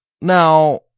Now